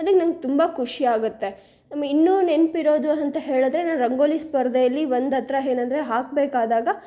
ಅದಕ್ಕೆ ನಂಗೆ ತುಂಬ ಖುಷಿ ಆಗುತ್ತೆ ಇನ್ನೂ ನೆನಪಿರೋದು ಅಂತ ಹೇಳಿದ್ರೆ ನಾನು ರಂಗೋಲಿ ಸ್ಪರ್ಧೆಯಲ್ಲಿ ಒಂದು ಹತ್ರ ಏನಂದ್ರೆ ಹಾಕಬೇಕಾದಾಗ